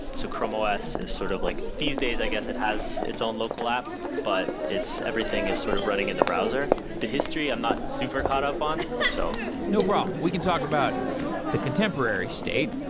so chrome os is sort of like these days i guess, it has its own local apps, but it's everything is sort of running in the browser. the history, i'm not super caught up on, so no problem. we can talk about the contemporary state.